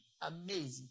Amazing